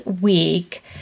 week